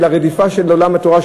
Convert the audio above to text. אלא רדיפה של עולם התורה,